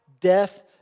death